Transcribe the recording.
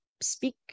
speak